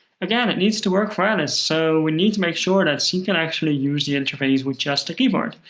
again, it needs to work for alice, so we need to make sure that she can actually use the interface with just a keyboard,